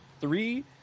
three